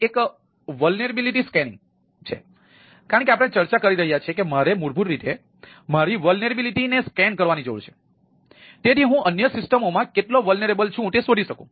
એક vulnerability scanning છું તે શોધી શકું